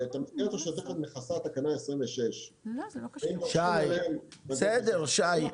שאת המסגרת השוטפת מכסה תקנה 26. בסדר שי,